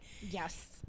Yes